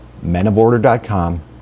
menoforder.com